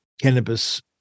cannabis